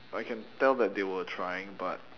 I can tell that they were trying but